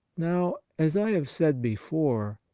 now, as i have said before,